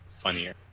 funnier